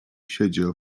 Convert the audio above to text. siedział